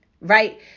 right